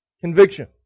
conviction